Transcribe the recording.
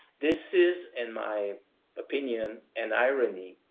this is in my opinion an irony